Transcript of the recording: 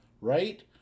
right